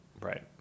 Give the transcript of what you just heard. right